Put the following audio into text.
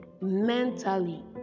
mentally